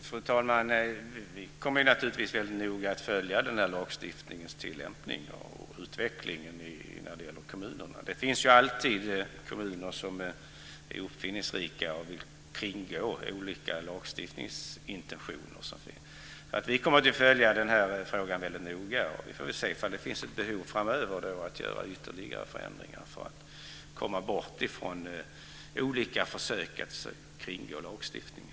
Fru talman! Vi kommer naturligtvis att noga följa lagstiftningens tillämpning och utvecklingen när det gäller kommunerna. Det finns alltid kommuner som är uppfinningsrika och vill kringgå olika lagstiftningsintentioner. Vi kommer därför att följa denna fråga väldigt noga, och vi får väl se om det finns ett behov framöver av att göra ytterligare förändringar för att komma bort ifrån olika försök att kringgå lagstiftningen.